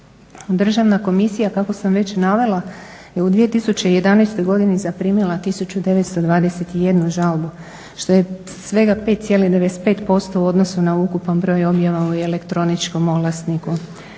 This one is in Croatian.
sam već navela je u 2011. godini zaprimila 1921 žalbu, što je svega 5,95% na ukupan broj objava u elektroničkom oglasniku.